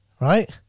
right